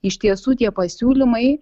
iš tiesų tie pasiūlymai